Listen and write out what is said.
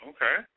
Okay